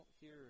hear